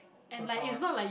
forgot